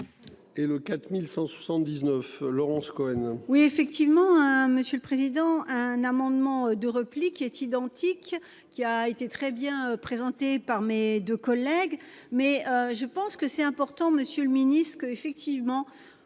Et le 4179. Laurence Cohen. Oui effectivement hein. Monsieur le président. Un amendement de repli qui est identique qui a été très bien présenté par mes deux collègues mais je pense que c'est important, Monsieur le Ministre, que effectivement.